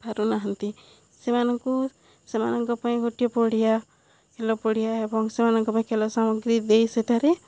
ପାରୁନାହାନ୍ତି ସେମାନଙ୍କୁ ସେମାନଙ୍କ ପାଇଁ ଗୋଟିଏ ପଡ଼ିଆ ଖେଳ ପଡ଼ିଆ ଏବଂ ସେମାନଙ୍କ ପାଇଁ ଖେଳ ସାମଗ୍ରୀ ଦେଇ ସେଠାରେ